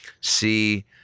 see